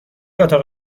اتاق